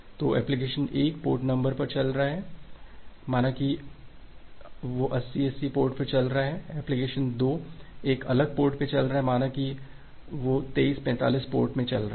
तो application 1 port number पर चल रहा है माना कि यह 8080 पोर्ट में चल रहा है एप्लिकेशन 2 एक अलग पोर्ट में चल रहा है माना कि यह 2345 पोर्ट में चल रहा है